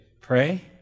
Pray